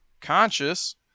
conscious